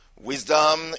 Wisdom